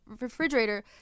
refrigerator